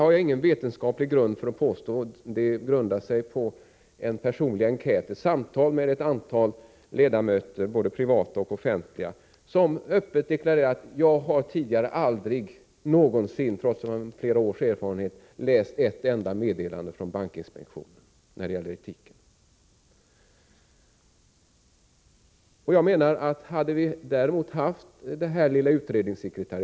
Jag har ingen vetenskaplig grund för detta påstående, utan jag baserar det på resultatet av en personlig enkät och samtal med ett antal ledamöter, både privata och offentliga. De har öppet deklarerat att de aldrig någonsin tidigare, trots flera års erfarenhet, läst ett enda meddelande från bankinspektionen om banketik. Om vi däremot hade haft ett litet utredningssekretariat, hade den aspekten kunnat beaktas.